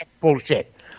bullshit